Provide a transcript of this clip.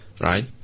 right